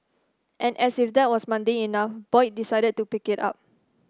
and as if that was mundane enough Boyd decided to pick it up